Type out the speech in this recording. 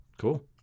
Cool